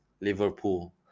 Liverpool